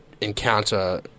encounter